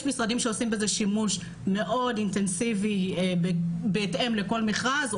יש משרדים שעושים בזה שימוש מאוד אינטנסיבי בהתאם לכל מכרז,